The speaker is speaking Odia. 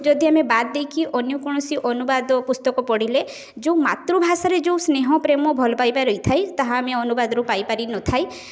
ଯଦି ଆମେ ବାଦ୍ ଦେଇକି ଅନ୍ୟ କୌଣସି ଅନୁବାଦ ପୁସ୍ତକ ପଢ଼ିଲେ ଯେଉଁ ମାତୃଭାଷାରେ ଯେଉଁ ସ୍ନେହ ପ୍ରେମ ଭଲପାଇବା ରହିଥାଇ ତାହା ଆମେ ଅନୁବାଦରୁ ପାଇପାରିନଥାଇ